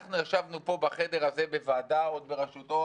אנחנו ישבנו פה בחדר הזה בוועדה עוד בראשותו,